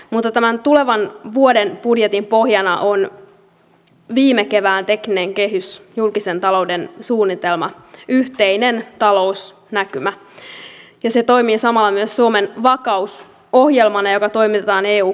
mutta tämän tulevan vuoden budjetin pohjana on viime kevään tekninen kehys julkisen talouden suunnitelma yhteinen talousnäkymä ja se toimii samalla myös suomen vakausohjelmana joka toimitetaan eu komissiolle